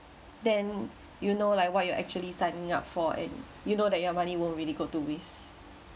then you know like what you're actually signing up for and you know that your money won't really go to waste